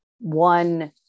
one